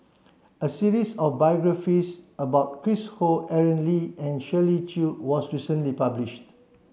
a series of biographies about Chris Ho Aaron Lee and Shirley Chew was recently published